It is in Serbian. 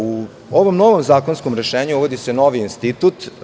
U ovom novom zakonskom rešenju uvodi se novi institut.